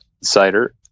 cider